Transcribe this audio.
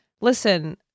listen